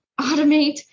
automate